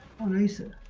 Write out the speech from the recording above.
ice and